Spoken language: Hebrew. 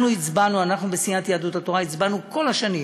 אנחנו בסיעת יהדות התורה הצבענו כל השנים